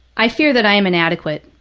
i fear that i am inadequate,